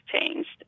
changed